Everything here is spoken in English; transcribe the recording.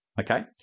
okay